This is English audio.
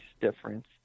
difference